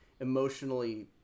emotionally